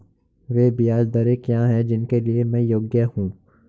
वे ब्याज दरें क्या हैं जिनके लिए मैं योग्य हूँ?